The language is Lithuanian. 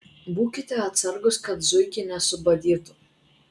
būkite atsargūs kad zuikiai nesubadytų